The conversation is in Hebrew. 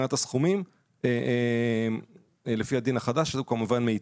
מבחינת הסכומים לפי הדין החדש שהוא כמובן מיטיב.